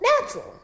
natural